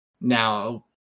now